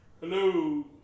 Hello